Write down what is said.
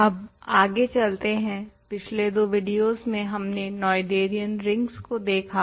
अब आगे चलते हैं पिछले दो वीडियोज में हमने नोएथेरियन रिंग्स को देखा